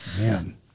Man